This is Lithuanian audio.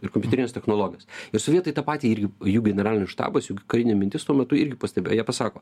ir kompiuterinės technologijos ir sovietai tą patį irgi jų generalinis štabas jų karinė mintis tuo metu irgi pastebėjo jie pasako